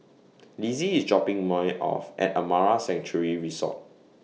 Lizzie IS dropping off At Amara Sanctuary Resort